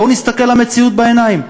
בואו נסתכל למציאות בעיניים,